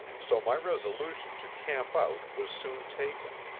so my resolution to camp out was soon taken,